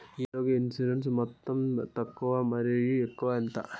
ఈ ఆరోగ్య ఇన్సూరెన్సు మొత్తం తక్కువ మరియు ఎక్కువగా ఎంత?